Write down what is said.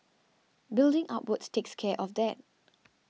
building upwards takes care of that